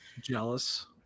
Jealous